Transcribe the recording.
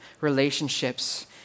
relationships